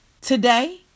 Today